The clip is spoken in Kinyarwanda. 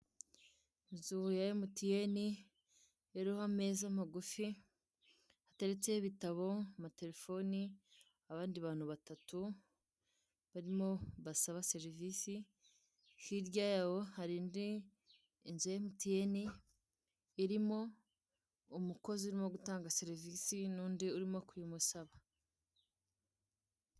Inzu ya emutuyene iriho ameza magufi hateretseho ibitabo na terefone, abandi bantu batatu barimo basaba serivise, hirya yaho hari indi nzu ya emutuyene irimo umukozi urimo gutanga serivise n'undi urimo kuyimusaba.